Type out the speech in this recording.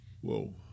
Whoa